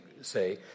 say